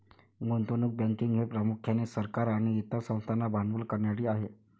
गुंतवणूक बँकिंग हे प्रामुख्याने सरकार आणि इतर संस्थांना भांडवल करण्यासाठी आहे